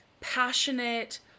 passionate